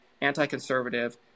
anti-conservative